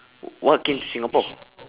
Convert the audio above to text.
w~ what came to singapore